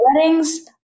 weddings